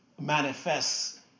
manifests